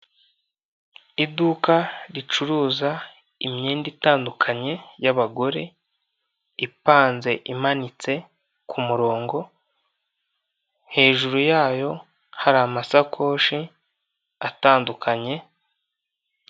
Iduka ricuruza imyenda itandukanye y'abagore ipanze, imanitse ku murongo, hejuru yayo hari amasakoshi atandukanye.